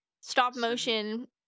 stop-motion